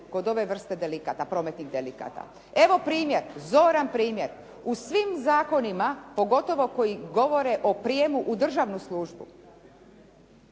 kod ove vrste delikata, prometnih delikata. Evo primjer, zoran primjer, u svim zakonima pogotovo koji govore u prijemu u državnu službu